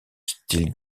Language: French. style